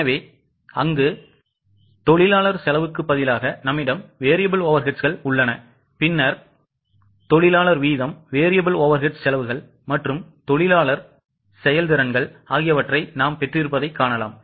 எனவே அங்கு தொழிலாளர் செலவுக்குப் பதிலாக நம்மிடம் variable overheadsகள் உள்ளன பின்னர் தொழிலாளர் வீதம் variable overheads செலவுகள் மற்றும் தொழிலாளர் செயல்திறனை நாம் பெற்றிருப்பதைக் காணலாம்